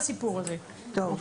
טוב.